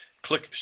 Click